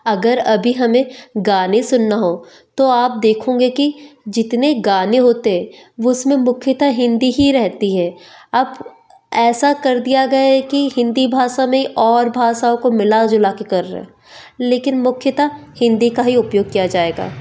अगर अभी हमें गाने सुनना हो तो आप देखोगे कि जितने गाने होते हैं उसमें मुख्यतः हिंदी ही रहती है आप ऐसा कर दिया गया है कि हिंदी भाषा में और भाषाओं को मिला जुला के कर रहे लेकिन मुख्यतः हिंदी का ही उपयोग किया जाएगा